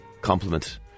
Compliment